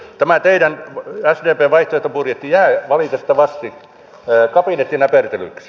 tämä sdpn vaihtoehtobudjetti jää valitettavasti kabinettinäpertelyksi